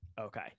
Okay